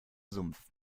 sumpf